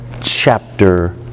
chapter